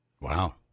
Wow